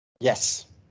Yes